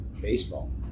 baseball